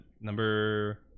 number